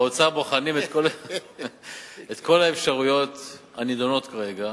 באוצר בוחנים את כל האפשרויות הנדונות כרגע,